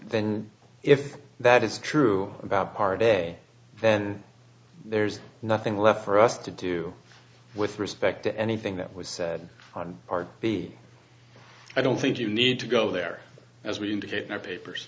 then if that is true about part day then there's nothing left for us to do with respect to anything that was said on part b i don't think you need to go there as we indicate their papers